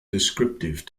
descriptive